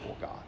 God